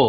તો